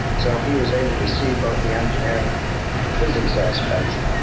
so he was able to see both the engineering and physics aspects.